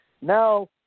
now